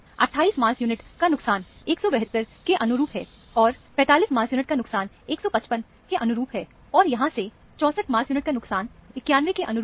28 mass unit का नुकसान 172 के अनुरूप है और 45 मास यूनिट का नुकसान 155 के अनुरूप है और यहां से 64 मास यूनिट का नुकसान 91 के अनुरूप है